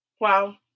Wow